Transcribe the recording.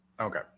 Okay